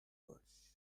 باش